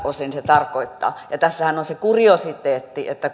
osin se tarkoittaa tässähän on se kuriositeetti että